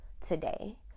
today